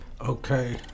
okay